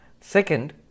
Second